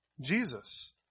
Jesus